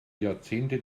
jahrzehnte